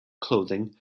clothing